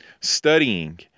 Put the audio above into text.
Studying